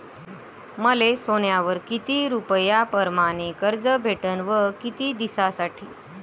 मले सोन्यावर किती रुपया परमाने कर्ज भेटन व किती दिसासाठी?